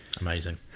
Amazing